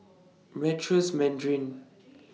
Meritus Mandarin